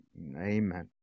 amen